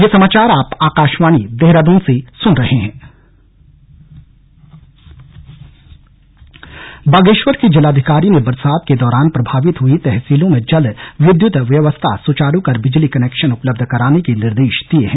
बैठक बागेश्वर की जिलाधिकारी ने बरसात के दौरान प्रभावित हई तहसीलों में जल्द विद्युत व्यवस्था सुचारू कर बिजली कनैक्शन उपलब्ध कराने के निर्देश दिए हैं